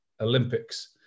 Olympics